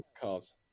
Cars